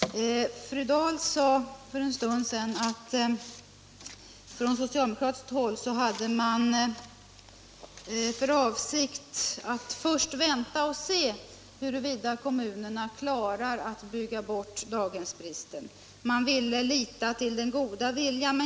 Herr talman! Fru Dahl sade för en stund sedan att man från socialdemokratiskt håll hade för avsikt att vänta och se huruvida kommunerna klarade att bygga bort daghemsbristen. Man ville lita till den goda viljan.